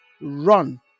run